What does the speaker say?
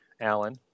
Alan